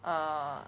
err